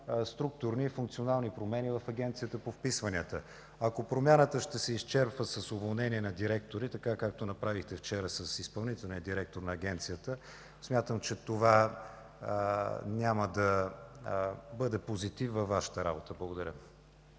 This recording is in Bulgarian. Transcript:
структурни и функционални промени в Агенцията по вписванията. Ако промяната ще се изчерпва с уволнения на директори, както вчера направихте с изпълнителния директор на Агенцията, смятам, че това няма да бъде позитив във Вашата работа. Благодаря.